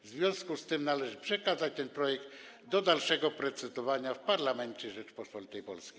W związku z tym należy przekazać ten projekt do dalszego procedowania w parlamencie Rzeczypospolitej Polskiej.